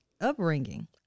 upbringing